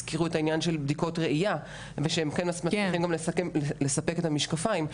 הזכירו את העניין של בדיקות ראייה ושהם צריכים גם לספק את המשקפיים,